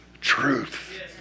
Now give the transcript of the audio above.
truth